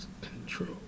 Control